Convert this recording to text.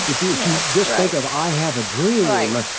if you just think of i have a dream,